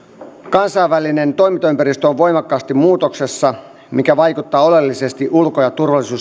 kansainvälinen toimintaympäristö on voimakkaasti muutoksessa mikä vaikuttaa oleellisesti ulko ja